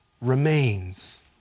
remains